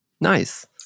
Nice